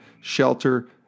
shelter